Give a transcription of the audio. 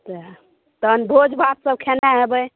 सएह तहन भोज भात सभ खेने हेबै